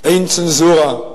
אין צנזורה,